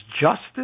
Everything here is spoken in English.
justice